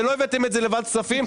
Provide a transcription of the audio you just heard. שלא הבאתם את זה לוועדת הכספים,